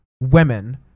women